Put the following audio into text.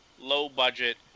low-budget